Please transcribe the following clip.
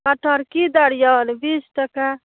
कटहर की दर अइ बीस टके